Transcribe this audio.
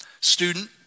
Student